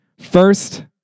First